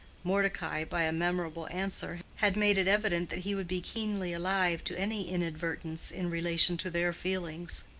mordecai, by a memorable answer, had made it evident that he would be keenly alive to any inadvertance in relation to their feelings.